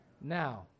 Now